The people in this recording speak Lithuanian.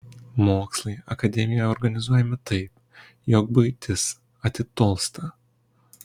mokslai akademijoje organizuojami taip jog buitis atitolsta